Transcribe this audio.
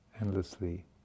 endlessly